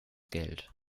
geld